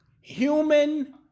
human